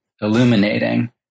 illuminating